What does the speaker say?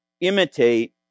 imitate